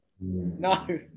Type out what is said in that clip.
No